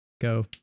go